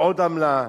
ועוד עמלה,